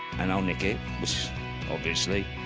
and i'll nick it. obviously.